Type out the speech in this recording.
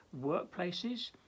workplaces